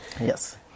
Yes